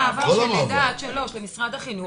כל המעבר של לידה עד שלוש למשרד החינוך,